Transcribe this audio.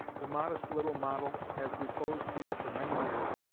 the modest little model has reposed here for many years,